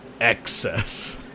excess